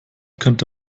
könnte